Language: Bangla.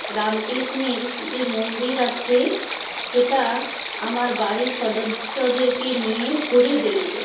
রামকৃষ্ণের যে মন্দির আছে সেটা আমার বাড়ির সদস্যদেরকে নিয়ে ঘুরে দেখবো